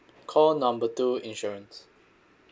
call number two insurance